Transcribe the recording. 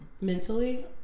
Mentally